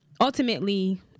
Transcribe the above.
ultimately